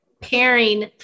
pairing